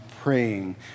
praying